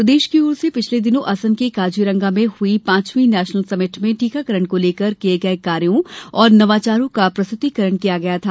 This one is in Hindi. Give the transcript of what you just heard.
प्रदेश की ओर से पिछले दिनों असम के काजीरंगा में हुई पांचवी नेशनल समिट में टीकाकरण को लेकर किये गये कार्यो और नवाचारों का प्रस्तुतिकरण किया गया था